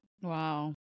Wow